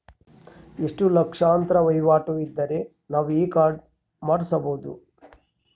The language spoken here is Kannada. ಎಷ್ಟು ಲಕ್ಷಾಂತರ ವಹಿವಾಟು ಇದ್ದರೆ ನಾವು ಈ ಕಾರ್ಡ್ ಮಾಡಿಸಬಹುದು?